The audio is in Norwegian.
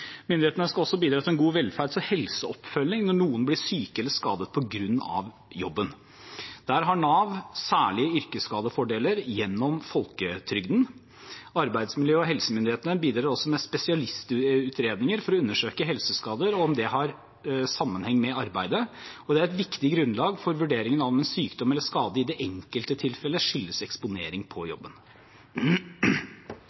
Myndighetene skal også bidra til en god velferds- og helseoppfølging når noen blir syke eller skadet på grunn av jobben. Der har Nav særlige yrkesskadefordeler gjennom folketrygden. Arbeidsmiljø- og helsemyndighetene bidrar også med spesialistutredninger for å undersøke helseskader og om de har sammenheng med arbeidet, og det er et viktig grunnlag for vurderingen av om en sykdom eller skade i det enkelte tilfellet skyldes eksponering på